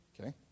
Okay